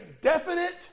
definite